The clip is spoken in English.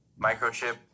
microchip